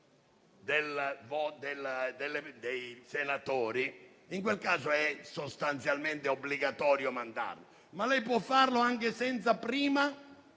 Regolamento; in quel caso è sostanzialmente obbligatorio, ma lei può farlo anche senza prima